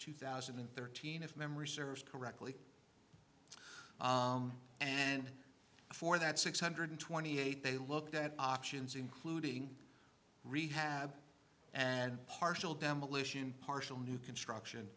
two thousand and thirteen if memory serves correctly and before that six hundred twenty eight they looked at options including rehab and partial demolition partial new construction